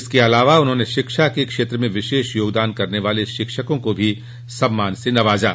इसके अलावा उन्होंने शिक्षा क्षेत्र में विशेष योगदान देने वाले शिक्षकों को भी सम्मान से नवाजा